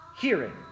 hearing